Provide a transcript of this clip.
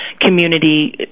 community